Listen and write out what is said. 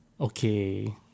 Okay